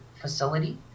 facility